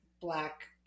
black